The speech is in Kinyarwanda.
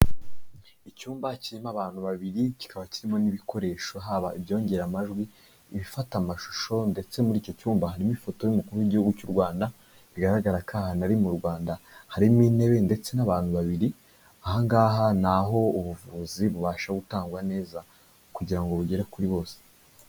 Icyumba kirimo abantu babiri, kikaba kirimo n'ibikoresho, haba ibyongera amajwi, ibifata amashusho, ndetse muri icyo cyumba harimo ifoto y'umukuru w'igihugu cy'u Rwanda, bigaragara ko ahantu ari mu Rwanda, harimo intebe ndetse n'abantu babiri, aha ngaha n'aho ubuvuzi bubasha gutangwa neza, kugira ngo bugere kuri bose.